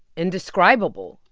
indescribable.